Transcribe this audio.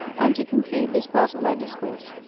and, to conclude this part of my discourse,